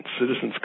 Citizens